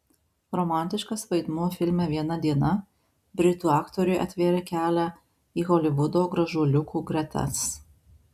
romantiškas vaidmuo filme viena diena britų aktoriui atvėrė kelią į holivudo gražuoliukų gretas